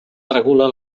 regula